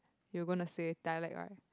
you gonna say dialect right